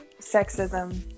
sexism